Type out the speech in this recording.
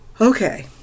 Okay